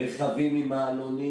רכבים עם מעלונים.